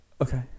Okay